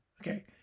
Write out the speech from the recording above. okay